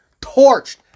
Torched